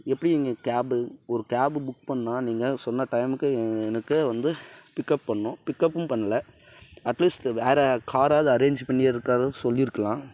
எப்படி நீங்கள் கேபு ஒரு கேபு புக் பண்ணா நீங்கள் சொன்ன டைமுக்கு எனக்கு வந்து பிக்கப் பண்ணணும் பிக்கப்பும் பண்ணல அட்லீஸ்ட் வேற காராவது அரேஞ்ச் பண்ணி சொல்லி இருக்கலாம்